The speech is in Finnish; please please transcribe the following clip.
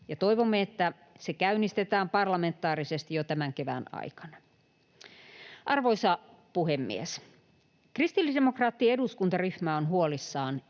toivomme, että se käynnistetään parlamentaarisesti jo tämän kevään aikana. Arvoisa puhemies! Kristillisdemokraattinen eduskuntaryhmä on huolissaan